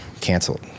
canceled